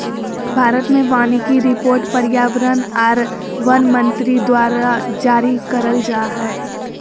भारत मे वानिकी रिपोर्ट पर्यावरण आर वन मंत्री द्वारा जारी करल जा हय